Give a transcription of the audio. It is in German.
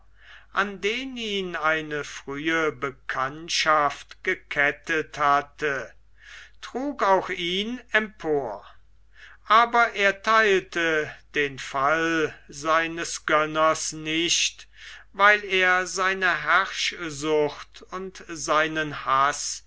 an den ihn eine frühe bekanntschaft gekettet hatte trug auch ihn mit empor aber er theilte den fall seines gönners nicht weil er seine herrschsucht und seinen haß